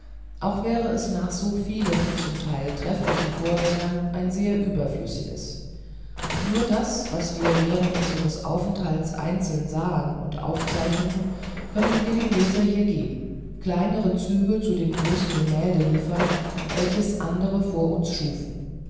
auch wäre es nach so vielen zum teil trefflichen vorgängern ein sehr überflüssiges nur das was wir während unseres aufenthaltes einzeln sahen und aufzeichneten können wir dem leser hier geben kleinere züge zu dem großen gemälde liefern welches andere vor uns schufen